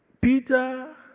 Peter